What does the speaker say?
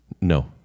No